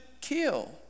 kill